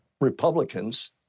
Republicans